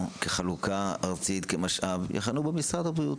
בחלוקה ארצית כמשאב יחנו במשרד הבריאות,